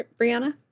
Brianna